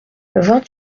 vingt